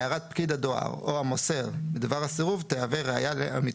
הערת פקיד הדואר או המוסר בדבר הסירוב תהווה ראיה לאמיתותה".